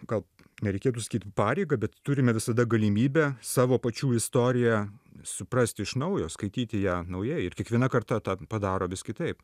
gal nereikėtų sakyt pareigą bet turime visada galimybę savo pačių istoriją suprasti iš naujo skaityti ją naujai ir kiekviena karta tą padaro vis kitaip